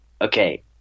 okay